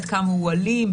עד כמה הוא אלים,